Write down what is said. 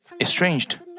estranged